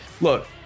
look